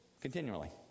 continually